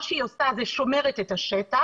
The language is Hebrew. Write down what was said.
מה שהיא עושה זה שומרת את השטח,